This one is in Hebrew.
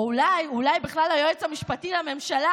או אולי, אולי בכלל היועץ המשפטי לממשלה,